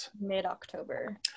mid-October